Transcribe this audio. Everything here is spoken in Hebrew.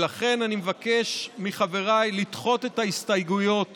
ולכן, אני מבקש מחבריי לדחות את ההסתייגויות